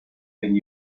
and